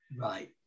Right